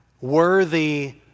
worthy